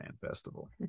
festival